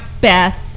Beth